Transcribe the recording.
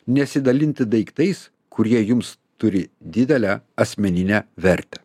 nesidalinti daiktais kurie jums turi didelę asmeninę vertę